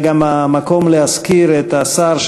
זה גם המקום להזכיר את השר,